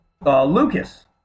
Lucas